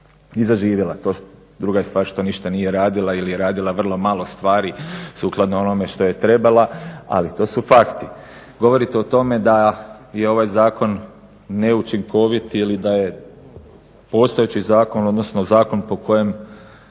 i zaživjela. Druga je stvar što ništa nije radila ili je radila vrlo malo stvari sukladno onome što je trebala, ali to su fakti. Govorite o tome da je ovaj zakon neučinkovit ili da je postojeći zakon, odnosno zakon po kojem